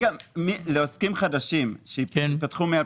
עוסק פטור חדש, שייפתח החל